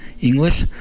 English